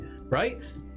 Right